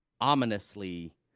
Ominously